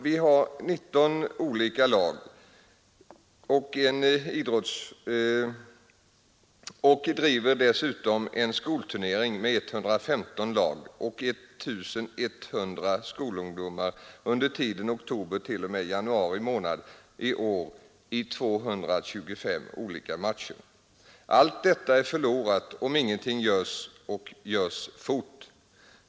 Vi har 19 olika lag och driver dessutom en skolturnering med 115 lag och 1 100 skolungdomar under tiden oktober t.o.m. januari månad i år i 225 matcher. Allt detta är förlorat om ingenting görs och det fort.